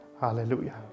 Hallelujah